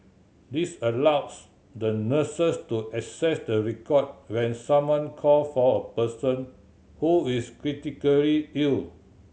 this allows the nurses to access the record when someone call for a person who is critically ill